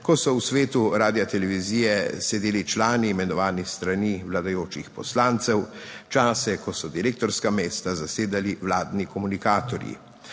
ko so v svetu Radiotelevizije sedeli člani imenovani s strani vladajočih poslancev, čase, ko so direktorska mesta zasedali vladni komunikatorji.